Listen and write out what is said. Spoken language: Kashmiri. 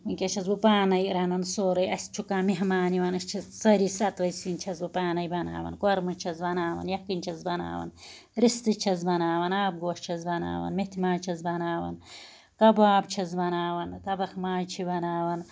ونکیس چھَس بہٕ پانے سورُے اسہ چھُ کانٛہہ مہمان یوان أسۍ چھِ سٲرے سَتوَے سِنۍ چھَس بہٕ پانے بناوان کوٚرمہ چھَس بناوان یَکھٕنۍ چھَس بناوان رِستہٕ چھَس بناوان آب گوش چھَس بناوان میٚتھِ ماز چھَس بناوان کباب چھَس بناوان تَبَکھ ماز چھِ بناوان